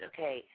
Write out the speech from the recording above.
Okay